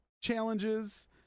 challenges